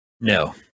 No